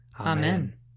Amen